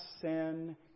sin